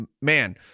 man